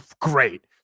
great